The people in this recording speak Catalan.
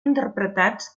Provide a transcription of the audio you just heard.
interpretats